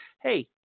Hey